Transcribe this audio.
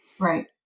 Right